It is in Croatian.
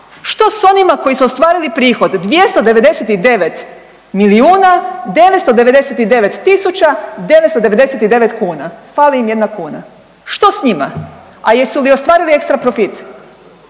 Što s onima koji su ostvarili prihod 299 milijuna 999 tisuća 999 kuna, fali im jedna kuna, što s njima, a jesu li ostvarili ekstra profit?